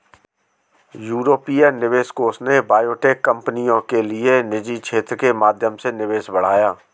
यूरोपीय निवेश कोष ने बायोटेक कंपनियों के लिए निजी क्षेत्र के माध्यम से निवेश बढ़ाया